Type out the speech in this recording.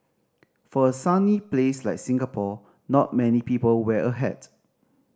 for a sunny place like Singapore not many people wear a hat